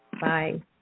Bye